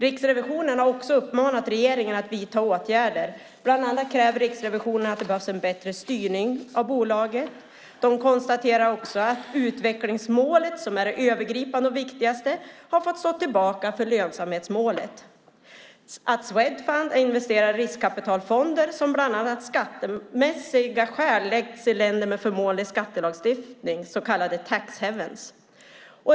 Riksrevisionen har också uppmanat regeringen att vidta åtgärder. Bland annat kräver Riksrevisionen en bättre styrning av bolaget. Det konstateras också att utvecklingsmålet, som är det övergripande och viktigaste, har fått stå tillbaka för lönsamhetsmålet. Swedfund har investerat i riskkapitalfonder som av bland annat skattemässiga skäl läggs i länder med förmånlig skattelagstiftning, så kallade tax havens.